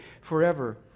forever